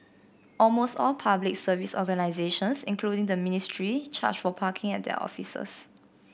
almost all Public Service organisations including the ministry charge for parking at their offices